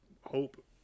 hope